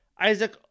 Isaac